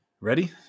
Ready